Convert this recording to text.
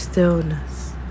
Stillness